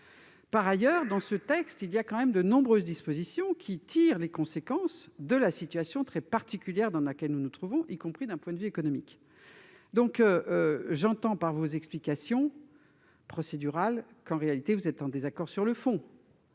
statuer ... Ce texte contient de nombreuses dispositions qui tirent les conséquences de la situation très particulière dans laquelle nous nous trouvons, y compris d'un point de vue économique. En réalité, j'entends, par vos explications procédurales, que vous êtes en désaccord sur le fond.